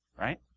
right